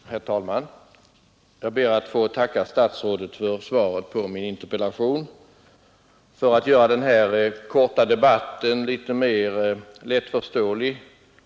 Herr talman! Jag ber att få tacka statsrådet för svaret på min interpellation. För att göra denna korta debatt litet mer förståelig.